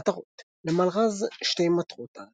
מטרות למלר"ז שתי מטרות-על